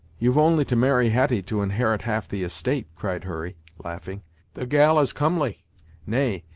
you've only to marry hetty to inherit half the estate, cried hurry, laughing the gal is comely nay,